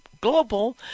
global